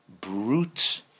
brute